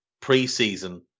pre-season